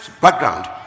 background